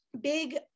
big